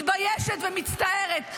מתביישת ומצטערת,